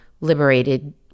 liberated